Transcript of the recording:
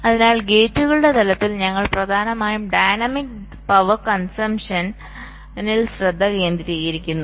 അതിനാൽ ഗേറ്റുകളുടെ തലത്തിൽ ഞങ്ങൾ പ്രധാനമായും ഡൈനാമിക് പവർ കൺസംപ്ഷനിൽ ശ്രദ്ധ കേന്ദ്രീകരിക്കുന്നു